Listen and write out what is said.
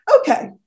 Okay